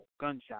gunshot